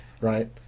right